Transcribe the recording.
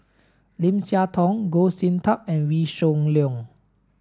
Lim Siah Tong Goh Sin Tub and Wee Shoo Leong